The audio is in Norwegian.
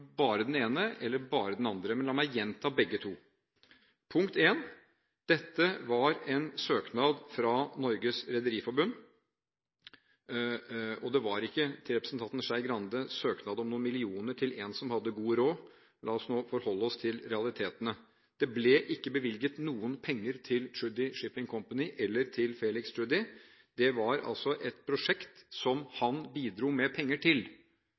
bare den ene eller bare den andre. Men la meg gjenta begge to. Punkt én: Dette var en søknad fra Norges Rederiforbund, og det var ikke – til representanten Skei Grande – søknad om noen millioner til en som hadde god råd. La oss nå forholde oss til realitetene. Det ble ikke bevilget noen penger til Tschudi Shipping Company eller til Felix Tschudi. Det var altså et prosjekt som han bidro med penger til.